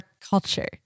culture